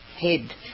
head